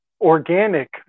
organic